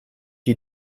you